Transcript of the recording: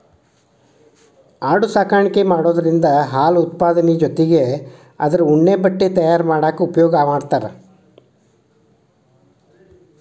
ಆಡು ಸಾಕಾಣಿಕೆ ಮಾಡೋದ್ರಿಂದ ಹಾಲು ಉತ್ಪಾದನೆ ಜೊತಿಗೆ ಅದ್ರ ಉಣ್ಣೆ ಬಟ್ಟೆ ತಯಾರ್ ಮಾಡಾಕ ಉಪಯೋಗ ಮಾಡ್ತಾರ